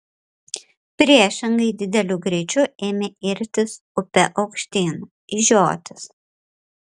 priešingai dideliu greičiu ėmė irtis upe aukštyn į žiotis